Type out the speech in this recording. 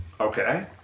Okay